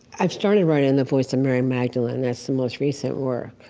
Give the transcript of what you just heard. i've started writing in the voice of mary magdalene. that's the most recent work.